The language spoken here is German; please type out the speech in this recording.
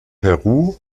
peru